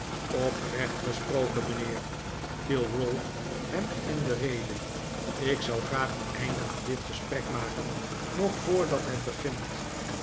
oprecht gesproken mijnheer viel ralph hem in de rede ik zou graag een einde aan dit gesprek maken nog voordat het begint